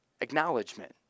acknowledgement